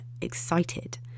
excited